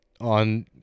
on